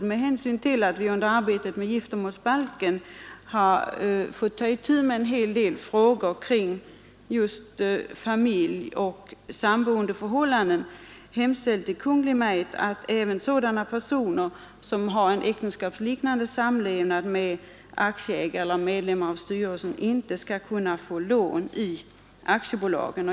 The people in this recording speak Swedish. Med hänsyn till att vi under arbetet med giftermålsbalken fått ta itu med en hel del frågor kring just familjoch samboendeförhållanden har utskottet hemställt till Kungl. Maj:t, att även sådana personer som har en äktenskapsliknande samlevnad med aktieägare eller medlem av styrelsen inte skall kunna få lån i aktiebolagen.